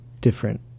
different